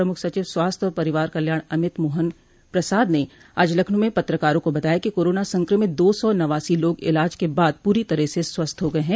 प्रमुख सचिव स्वास्थ्य और परिवार कल्याण अमित मोहन प्रसाद ने आज लखनऊ में पत्रकारों को बताया कि कोरोना संक्रमित दो सौ नवासी लोग इलाज के बाद पूरी तरह से स्वस्थ हो गये हैं